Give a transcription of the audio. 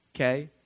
okay